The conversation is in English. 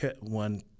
one